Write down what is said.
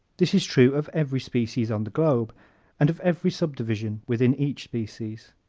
this is true of every species on the globe and of every subdivision within each species.